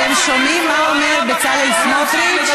אתם שומעים מה אומר בצלאל סמוטריץ?